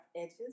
edges